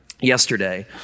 yesterday